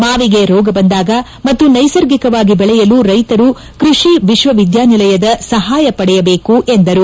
ಮಾವಿಗೆ ರೋಗ ಬಂದಾಗ ಮತ್ತು ಸ್ಟೆಸರ್ಗಿಕವಾಗಿ ಬೆಳೆಯಲು ರೈತರು ಕೈಷಿ ವಿಶ್ವವಿದ್ವಾನಿಲಯದ ಸಹಾಯ ಪಡೆಯಬೇಕು ಎಂದರು